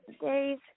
days